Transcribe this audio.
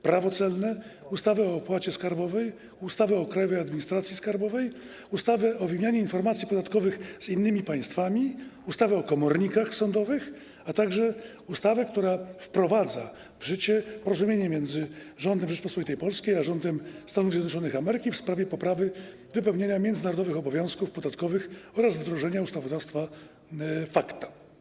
Prawo celne, ustawę o opłacie skarbowej, ustawę o Krajowej Administracji Skarbowej, ustawę o wymianie informacji podatkowych z innymi państwami, ustawę o komornikach sądowych, a także ustawę, która wprowadza w życie porozumienie między rządem Rzeczypospolitej Polskiej a rządem Stanów Zjednoczonych Ameryki w sprawie poprawy wypełniania międzynarodowych obowiązków podatkowych oraz wdrożenia ustawodawstwa FATCA.